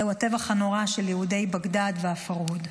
זהו הטבח הנורא של יהודי בגדאד, הפרהוד.